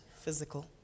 physical